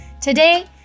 Today